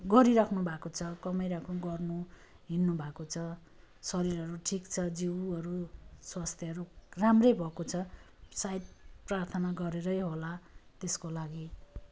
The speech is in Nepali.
गरिराख्नु भएको छ कमाई राखौँ गर्नु हिँड्नु भएको छ शरीरहरू ठिक छ जिउहरू स्वास्थ्यहरू राम्रै भएको छ सायद प्रार्थना गरेरै होला त्यसको लागि